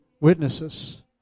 witnesses